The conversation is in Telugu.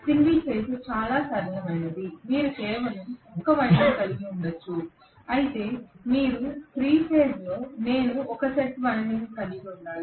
సింగిల్ ఫేజ్ చాలా సరళమైనది మీరు కేవలం ఒక వైండింగ్ కలిగి ఉండవచ్చు అయితే 3 ఫేజ్లో నేను 3 సెట్ వైండింగ్లు కలిగి ఉండాలి